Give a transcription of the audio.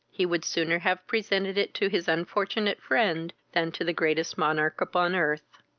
he would sooner have presented it to his unfortunate friend than to the greatest monarch upon earth.